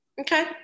Okay